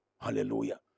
Hallelujah